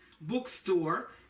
Bookstore